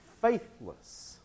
faithless